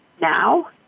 now